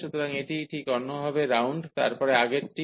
সুতরাং এটি ঠিক অন্যভাবে রাউন্ড তারপরে আগেরটি